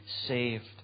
saved